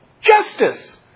Justice